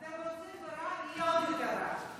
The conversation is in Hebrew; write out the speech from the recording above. אתם רוצים ברע, יהיה עוד יותר רע.